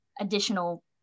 additional